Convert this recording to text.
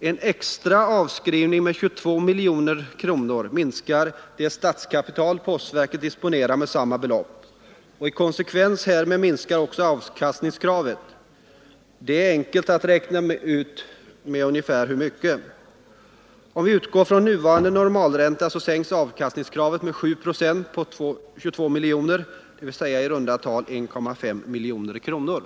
En extra avskrivning med 22 miljoner kronor minskar det statskapital postverket disponerar med samma belopp. I konsekvens härmed minskar också avkastningskravet. Det är enkelt att räkna ut med hur mycket. Om vi utgår från nuvarande normalränta, så sänks avkastningskravet med 7 procent av 22 miljoner kronor, dvs. med i runt tal 1,5 miljoner kronor.